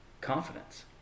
confidence